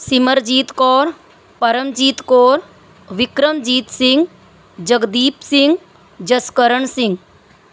Simarjeet Kaur Paramjit Kaur Vikramjit Singh Jagdeep Singh Jaskaran Singh